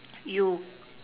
you